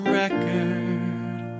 record